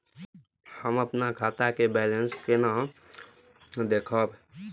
हम अपन खाता के बैलेंस केना देखब?